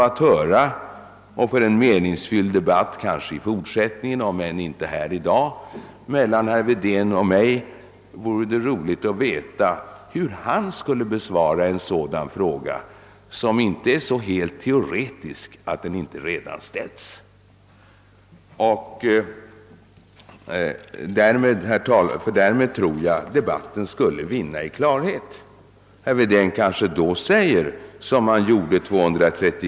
Det skulle för en meningsfylld debatt mellan herr Wedén och mig — kanske inte i dag men i varje fall i fortsättningen — vara intressant att få veta hur herr Wedén skulle besvara en sådan fråga, som inte är så teoretisk att den inte kan komma att ställas än en gång liksom vid föregående tillfälle. Får vi ett sådant besked av herr Wedén tror jag att debatten därmed skulle vinna i klarhet.